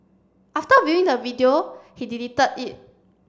after viewing the video he deleted it